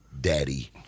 daddy